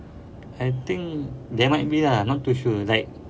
I think there might be lah not too sure like